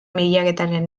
bilaketaren